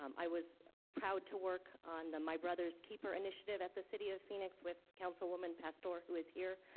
um i was proud to work on the my brother's keeper initiative at the city of phoenix with councilwoman pastor, who is here.